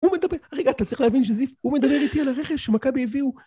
הוא מדבר, רגע אתה צריך להבין שזיף, הוא מדבר איתי על הרכב שמכבי הביאו